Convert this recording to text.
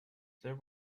there